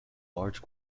large